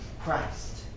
Christ